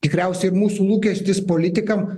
tikriausiai mūsų lūkestis politikam